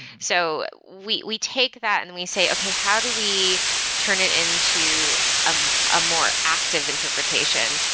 so we we take that and we say, okay. how do we turn it into a ah more active interpretation?